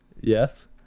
yes